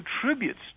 contributes